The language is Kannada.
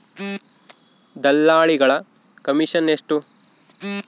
ದಲ್ಲಾಳಿಗಳ ಕಮಿಷನ್ ಎಷ್ಟು?